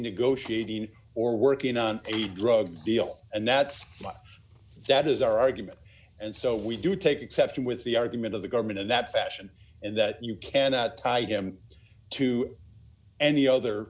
negotiating or working on a drug deal and that's what that is our argument and so we do take exception with the argument of the government in that fashion and that you cannot tie him to any other